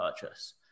purchase